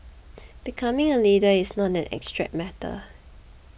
becoming a leader is not an abstract matter